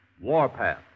Warpath